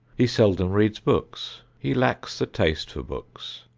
he seldom reads books. he lacks the taste for books,